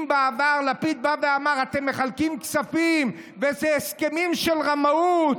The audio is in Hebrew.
אם בעבר לפיד בא ואמר: אתם מחלקים כספים באיזה הסכמים של רמאות,